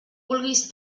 vulguis